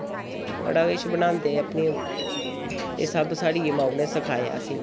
बड़ा किश बनांदे अपनी एह् सब साढ़ी माऊ नै सखाया असें